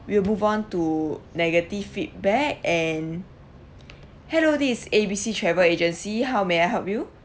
we'll move on to negative feedback and hello this is A B C travel agency how may I help you